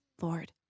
Lord